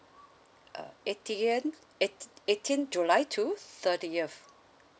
uh eighteen eight eighteenth july to thirtieth